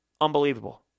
unbelievable